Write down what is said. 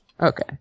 Okay